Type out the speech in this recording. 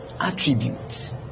Attributes